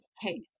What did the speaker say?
hey